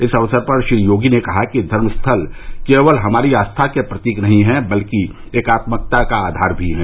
इस अवसर पर श्री योगी ने कहा कि धर्म स्थल केवल हमारी आस्था के प्रतीक नहीं है बल्क एकात्मकता का आधार भी है